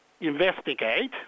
investigate